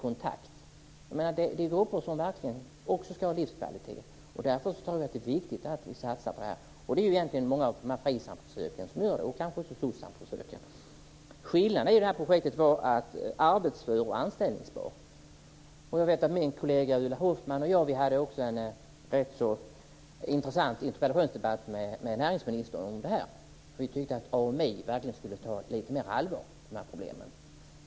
Också dessa grupper ska ha en livskvalitet, och det är därför viktigt att vi satsar på dem genom Frisamförsöken och kanske också genom Skillnaden mellan de här projekten gällde arbetsoch anställningsvillkor. Min kollega Ulla Hoffmann har haft en rätt intressant interpellationsdebatt om det här med näringsministern. Vi tyckte då att AMI skulle ta de här problemen på lite större allvar.